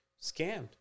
scammed